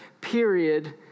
period